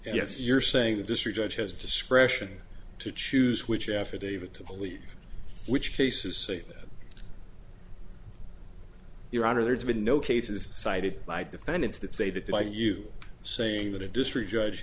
yes you're saying the district judge has discretion to choose which affidavit to believe which case is that your honor there's been no cases cited by defendants that say that by you saying that a district judge